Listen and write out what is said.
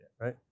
right